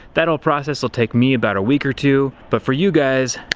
that whole process will take me about a week or two, but for you guys.